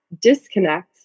disconnect